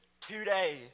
today